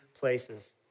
places